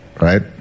right